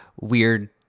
weird